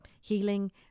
healing